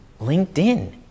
LinkedIn